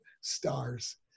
stars